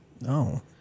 No